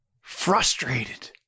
frustrated